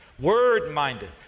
word-minded